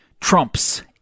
trumps